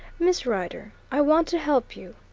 miss rider, i want to help you,